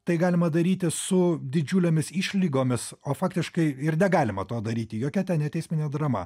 tai galima daryti su didžiulėmis išlygomis o faktiškai ir negalima to daryti jokia ten ne teisminė drama